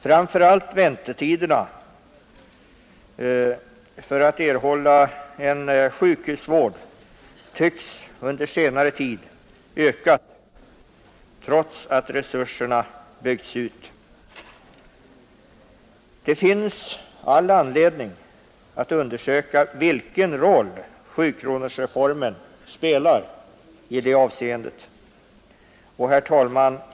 Framför allt väntetiderna för att erhålla sjukvård tycks under senare tid ha ökat trots att resurserna byggts ut. Det finns all anledning att undersöka vilken roll sjukronorsreformen kan spela i det avseendet. Herr talman!